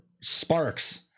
sparks